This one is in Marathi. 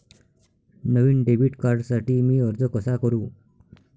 नवीन डेबिट कार्डसाठी मी अर्ज कसा करू?